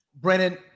Brennan